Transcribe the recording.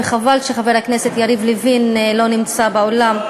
וחבל שחבר הכנסת יריב לוין לא נמצא באולם,